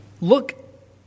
look